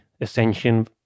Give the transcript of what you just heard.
ascension